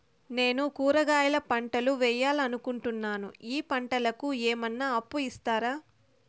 నేను కూరగాయల పంటలు వేయాలనుకుంటున్నాను, ఈ పంటలకు ఏమన్నా అప్పు ఇస్తారా?